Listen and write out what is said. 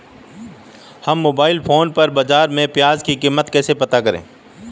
हम mobile phone पर बाज़ार में प्याज़ की कीमत कैसे पता करें?